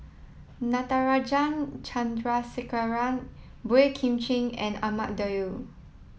Natarajan Chandrasekaran Boey Kim Cheng and Ahmad Daud